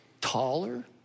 taller